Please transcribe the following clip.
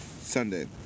Sunday